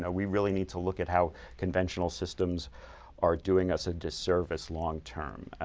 yeah we really need to look at how conventional systems are doing us a disservice long-term.